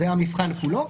זה המבחן כולו.